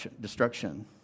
destruction